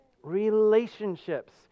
relationships